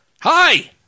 Hi